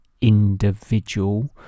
individual